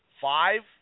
Five